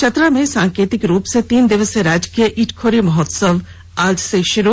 चतरा में सांकेतिक रूप से तीन दिवसीय राजकीय इटखोरी महोत्सव आज से शुरू